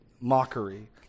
mockery